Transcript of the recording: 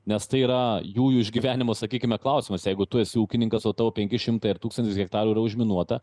nes tai yra jų jų išgyvenimo sakykime klausimas jeigu tu esi ūkininkas o tau penki šimtai ar tūkstantis hektarų yra užminuota